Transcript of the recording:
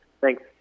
Thanks